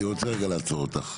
אני רוצה רגע לעצור אותך.